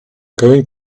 going